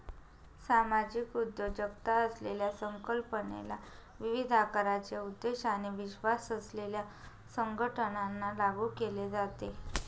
सामाजिक उद्योजकता असलेल्या संकल्पनेला विविध आकाराचे उद्देश आणि विश्वास असलेल्या संघटनांना लागू केले जाते